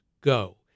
Go